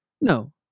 No